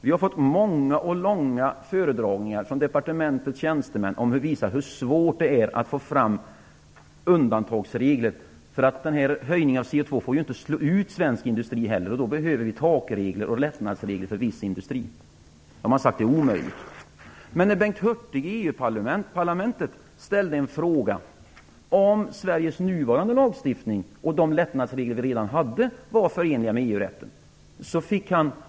Vi har fått många och långa föredragningar från departementets tjänstemän som visar hur svårt det är att få fram undantagsregler. Höjningen av CO2-skatten får ju inte slå ut svensk industri, och det behövs därför takregler och möjligheter till lättnader för viss industri. Man har sagt att detta är omöjligt, men jag vill peka på att Bengt Hurtig i EU-parlamentet har ställt en fråga om Sveriges nuvarande lagstiftning och om huruvida de lättnadsregler som vi redan har är förenliga med EU-rätten.